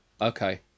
okay